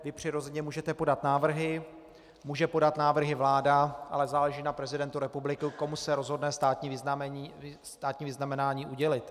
Vy přirozeně můžete podat návrhy, může podat návrhy vláda, ale záleží na prezidentovi republiky, komu se rozhodne státní vyznamenání udělit.